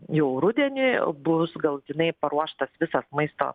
jau rudenį bus galutinai paruoštas visas maisto